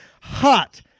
hot